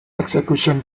execution